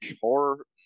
horror